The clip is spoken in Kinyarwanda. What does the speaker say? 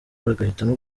bagahitamo